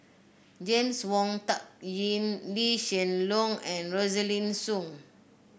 James Wong Tuck Yim Lee Hsien Loong and Rosaline Soon